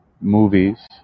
movies